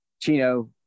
Chino